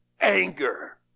anger